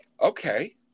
okay